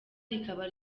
rikaba